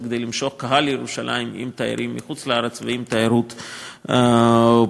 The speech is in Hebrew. כדי למשוך קהל לירושלים תיירים מחוץ-לארץ ותיירות פנים.